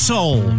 Soul